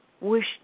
wish